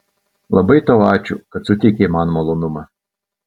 labai tau ačiū kad suteikei man malonumą